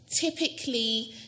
Typically